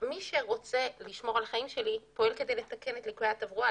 מי שרוצה לשמור על החיים שלי פועל כדי לתקן את ליקויי התברואה,